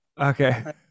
Okay